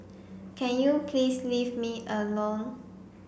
can you please leave me alone